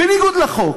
בניגוד לחוק,